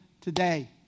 today